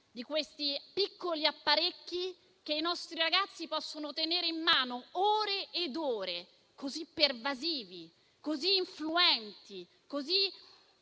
questi piccoli apparecchi che i nostri ragazzi possono tenere in mano ore ed ore, così pervasivi, influenti e